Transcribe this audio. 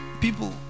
people